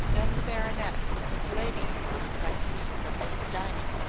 than the baronet and his lady were by seeing the hopes dining.